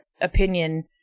opinion